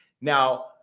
Now